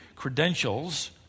credentials